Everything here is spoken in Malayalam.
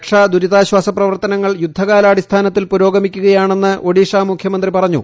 രക്ഷാ ദുരിതാശ്വാസ പ്രവർത്തനങ്ങൾ യുദ്ധകാലാടിസ്ഥാനത്തിൽ പുരോഗമിക്കുകയാണെന്ന് ഒഡീഷ മുഖ്യമന്ത്രി പറഞ്ഞു